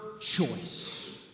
choice